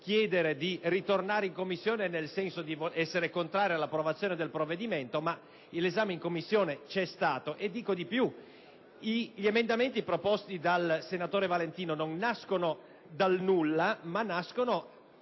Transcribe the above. chiedere di ritornare in Commissione, nel senso di essere contrari all'approvazione del provvedimento, ma l'esame in Commissione c'è stato. Dico di più: gli emendamenti proposti dal senatore Valentino non nascono dal nulla ma dal